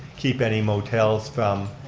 keep any motels from